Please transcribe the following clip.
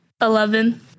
Eleven